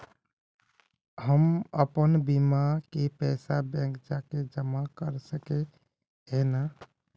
हम अपन बीमा के पैसा बैंक जाके जमा कर सके है नय?